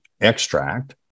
extract